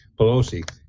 Pelosi